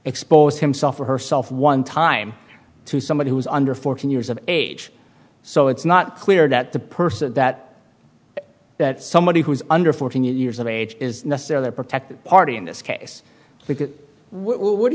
exposed himself or herself one time to somebody who's under fourteen years of age so it's not clear that the person that that somebody who is under fourteen years of age is necessarily a protected party in this case because what do